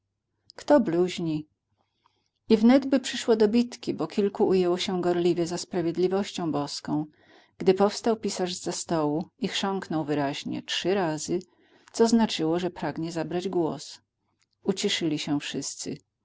kto bluźni i wnetby przyszło do bitki bo kilku ujęło się gorliwie za sprawiedliwością niebieską gdy powstał pisarz z za stołu i chrząknął wyraźnie trzy razy co znaczyło że pragnie zabrać głos uciszyli się wszyscy